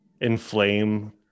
inflame